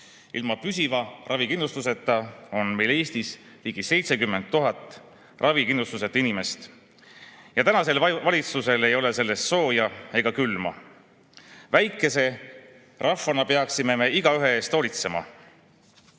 ilma püsiva ravikindlustuseta on meil Eestis ligi 70 000 inimest. Ja tänasel valitsusel ei ole sellest sooja ega külma. Väikese rahvana peaksime me igaühe eest hoolitsema. Eesti